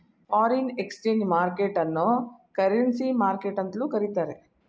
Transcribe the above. foreign exchange market ಅನ್ನೋ currency market ಎಂತಲೂ ಕರಿತ್ತಾರೆ